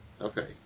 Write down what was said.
Okay